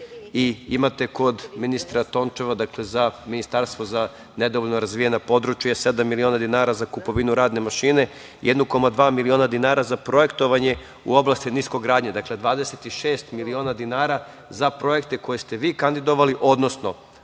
i imate kod ministra Tončeva, dakle, za Ministarstvo za nedovoljno razvijena područja 7 miliona dinara za kupovinu radne mašine, 1,2 miliona dinara za projektovanje u oblasti niskogradnje. Dakle, 26 miliona dinara za projekte koje ste vi kandidovali, odnosno